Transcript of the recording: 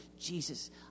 Jesus